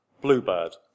Bluebird